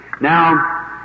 Now